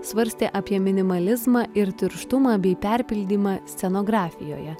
svarstė apie minimalizmą ir tirštumą bei perpildymą scenografijoje